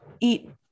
eat